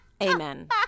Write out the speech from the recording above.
Amen